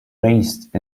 raised